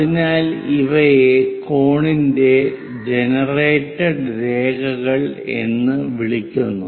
അതിനാൽ ഇവയെ കോണിന്റെ ജനറേറ്റഡ് രേഖകൾ എന്ന് വിളിക്കുന്നു